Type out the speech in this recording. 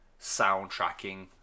soundtracking